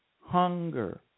hunger